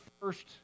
first